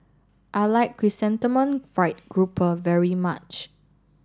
I like Chrysanthemum Fried Grouper very much